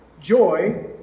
joy